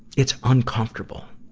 it's uncomfortable.